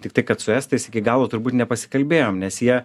tiktai kad su estais iki galo turbūt nepasikalbėjom nes jie